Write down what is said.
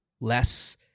less